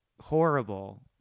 horrible